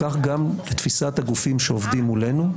כך גם לתפיסת הגופים שעובדים מולנו,